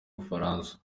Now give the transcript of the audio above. bufaransa